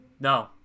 No